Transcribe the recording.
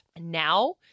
Now